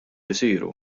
jsiru